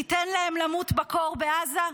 תיתן להם למות בקור בעזה?